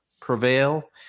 prevail